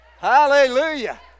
Hallelujah